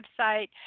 website